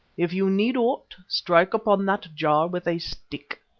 if you need aught, strike upon that jar with a stick,